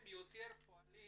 הם יותר פועלים